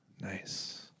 Nice